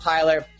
Tyler